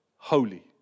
Holy